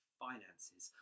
finances